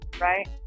right